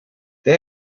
they